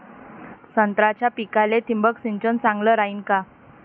संत्र्याच्या पिकाले थिंबक सिंचन चांगलं रायीन का?